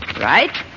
Right